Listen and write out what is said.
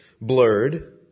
blurred